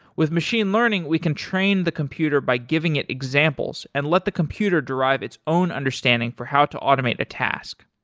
with machine learning, we can train the computer by giving it examples and let the computer derive its own understanding for how to automate a task.